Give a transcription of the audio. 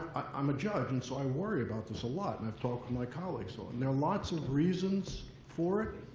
i'm a judge. and so i worry about this a lot. and i talk to my colleagues. so and there are lots of reasons for it.